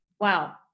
Wow